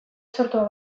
sortua